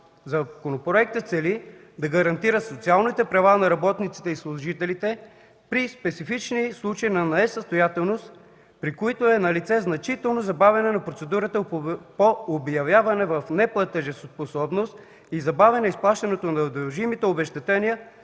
Законопроектът цели да гарантира социалните права на работниците и служителите при специфични случаи на несъстоятелност, при които е налице значително забавяне на процедурата по обявяване в неплатежоспособност и забавяне изплащането на дължимите обезщетения